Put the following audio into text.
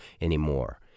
anymore